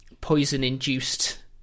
poison-induced